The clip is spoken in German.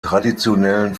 traditionellen